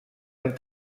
amb